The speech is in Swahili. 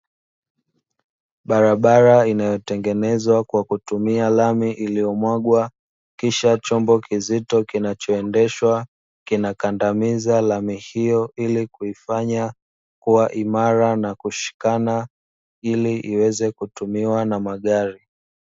Barabara inayotengenezwa kwa kutumia lami iliyomwagwa kisha chombo kizito kinachoendeshwa, kinakandamiza lami hiyo ili kuifanya kuwa imara na kushikana ili iwezae kutumiwa na magari.